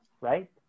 right